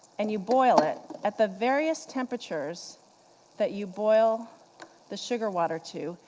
and you boil it at the various temperatures that you boil the sugar water to,